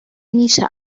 میشه